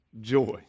joy